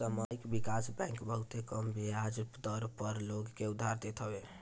सामुदायिक विकास बैंक बहुते कम बियाज दर पअ लोग के उधार देत हअ